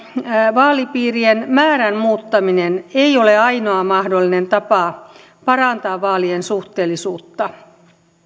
vaalipiirien määrän muuttaminen ei ole ainoa mahdollinen tapa parantaa vaalien suhteellisuutta